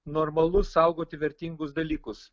normalu saugoti vertingus dalykus